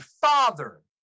father